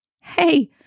Hey